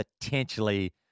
potentially